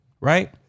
right